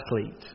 athlete